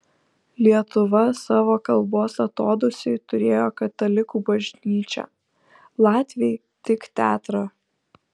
lietuva savo kalbos atodūsiui turėjo katalikų bažnyčią latviai tik teatrą